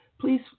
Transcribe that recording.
please